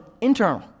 internal